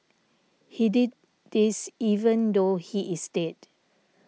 he did this even though he is dead